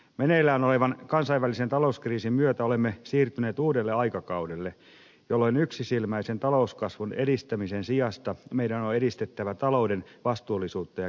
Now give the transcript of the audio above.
meneillään olevan kansainvälisen talouskriisin myötä olemme siirtyneet uudelle aikakaudelle jolloin yksisilmäisen talouskasvun edistämisen sijasta meidän on edistettävä talouden vastuullisuutta ja kestävyyttä